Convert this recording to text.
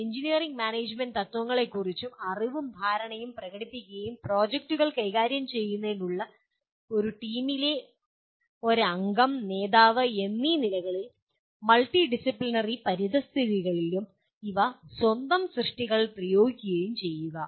engineering management തത്ത്വങ്ങളെക്കുറിച്ചുള്ള അറിവും ധാരണയും പ്രകടിപ്പിക്കുകയും പ്രോജക്റ്റുകൾ കൈകാര്യം ചെയ്യുന്നതിനുള്ള ഒരു ടീമിലെ ഒരു അംഗം നേതാവ് എന്നീ നിലകളിലും മൾട്ടി ഡിസിപ്ലിനറി പരിതസ്ഥിതികളിലും ഇവ സ്വന്തം സൃഷ്ടികളിൽ പ്രയോഗിക്കുകയും ചെയ്യുക